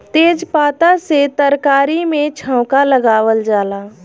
तेजपात से तरकारी में छौंका लगावल जाला